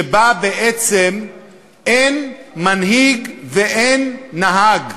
שבה בעצם אין מנהיג ואין נהג,